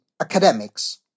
academics